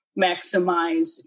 maximize